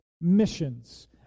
Missions